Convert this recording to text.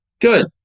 Good